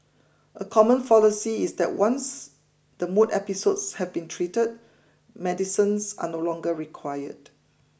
a common fallacy is that once the mood episodes have been treated medicines are no longer required